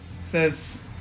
says